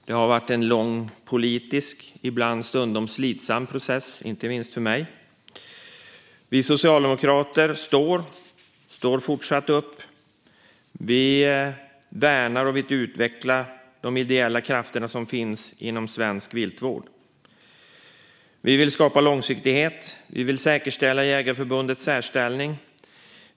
Det har varit en lång politisk och stundom slitsam process, inte minst för mig. Vi socialdemokrater står fortsatt upp för och vill värna och utveckla de ideella krafter som finns inom svensk viltvård. Vi vill skapa långsiktighet, och vi vill säkerställa Svenska Jägareförbundets särställning.